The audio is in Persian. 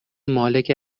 مالک